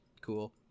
Cool